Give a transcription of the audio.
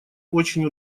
очень